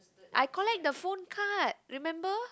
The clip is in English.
I collect the phone card remember